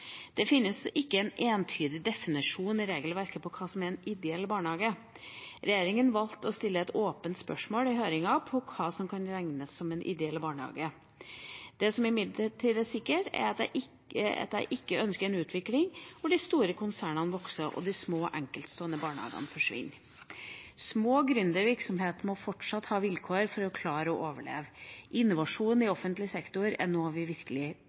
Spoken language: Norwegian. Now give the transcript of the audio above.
Det finnes ikke en entydig definisjon i regelverket på hva som er en «ideell» barnehage. Regjeringa valgte å stille et åpent spørsmål i høringen om hva som kan regnes som en ideell barnehage. Det som imidlertid er sikkert, er at jeg ikke ønsker en utvikling hvor de store konsernene vokser og de små enkeltstående barnehagene forsvinner. Små gründervirksomheter må fortsatt ha vilkår som gjør at de klarer å overleve. Innovasjon i offentlig sektor er noe vi virkelig